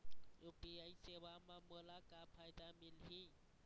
UPI सेवा म मोला का फायदा मिलही?